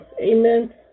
Amen